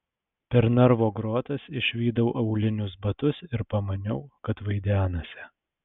per narvo grotas išvydau aulinius batus ir pamaniau kad vaidenasi